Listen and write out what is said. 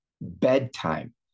bedtime